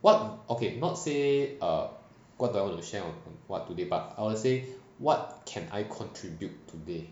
what okay not say err what do I want to share on what today but I'll say what can I contribute today